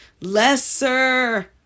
lesser